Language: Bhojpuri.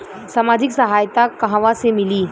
सामाजिक सहायता कहवा से मिली?